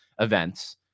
events